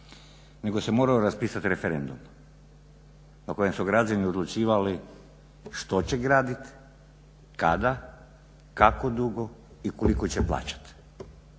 nego se morao raspisati referendum na kojem su građani odlučivali što će graditi, kada, kako dugo i koliko će plaćati.